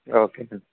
okay sir